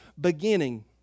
beginning